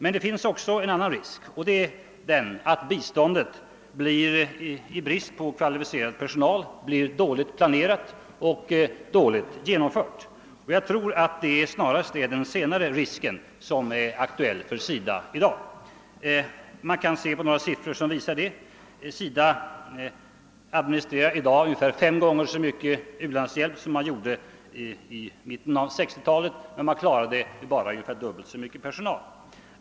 Men det finns också en annan risk, nämligen att biståndet i brist på kvalificerad personal blir dåligt planerat och dåligt genomfört. Och jag tror att det snarast är den senare risken som i dag är aktuell för SIDA. Man kan se några siffror som visar detta. SIDA administrerar i dag ungefär fem gånger så stor u-landshjälp som man gjorde i mitten av 1960-talet, men uppgiften klaras med bara dubbelt så stor personal.